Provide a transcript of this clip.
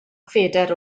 phedair